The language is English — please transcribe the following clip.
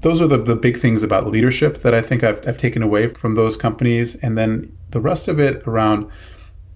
those are the the big things about leadership that i think i've i've taken away from those companies, and then the rest of it around